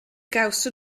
gawson